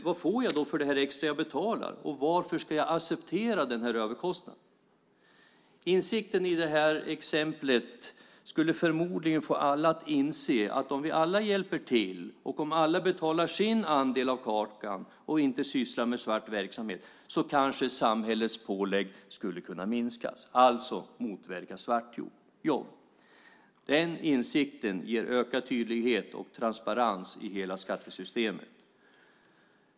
Vad får jag för det extra jag betalar? Varför ska jag acceptera den här överkostnaden? Insikten i det här exemplet skulle förmodligen få alla att inse att om vi alla hjälper till och om alla betalar sin andel av kakan och inte sysslar med svart verksamhet kanske samhällets pålägg skulle kunna minskas, det vill säga motverka svartjobb. Den insikten ger ökad tydlighet och transparens i hela skattesystemet.